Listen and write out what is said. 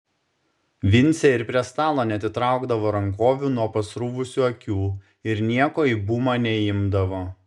vincė ir prie stalo neatitraukdavo rankovių nuo pasruvusių akių ir nieko į bumą neimdavo